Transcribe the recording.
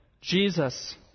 Jesus